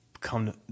come